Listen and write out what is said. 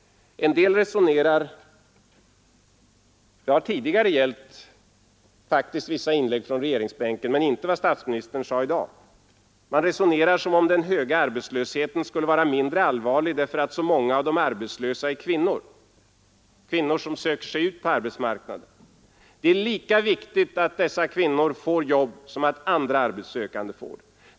En del resonerar som om den höga arbetslösheten skulle vara mindre allvarlig därför att så många av de arbetslösa är kvinnor som söker sig ut på arbetsmarknaden. Detta har tidigare faktiskt gällt också vissa inlägg från regeringsbänken, men det gäller inte för vad statsministern sade i dag. Det är lika viktigt att dessa kvinnor får jobb som att andra arbetssökande får det.